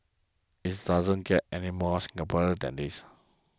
it's doesn't get any more Singaporean than this